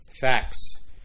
facts